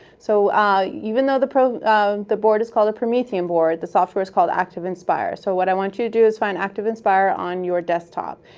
so even though the the board is called a promethean board, the software is called activinspire. so what i want you to do is find activinspire on your desktop.